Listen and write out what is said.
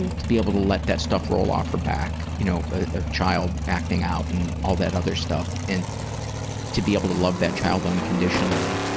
and to be able to let that stuff roll off her back. you know, a child acting out and all that other stuff, and to be able to love that child unconditionally.